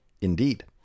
Indeed